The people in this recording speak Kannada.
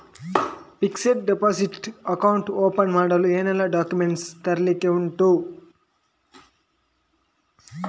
ಫಿಕ್ಸೆಡ್ ಡೆಪೋಸಿಟ್ ಅಕೌಂಟ್ ಓಪನ್ ಮಾಡಲು ಏನೆಲ್ಲಾ ಡಾಕ್ಯುಮೆಂಟ್ಸ್ ತರ್ಲಿಕ್ಕೆ ಉಂಟು?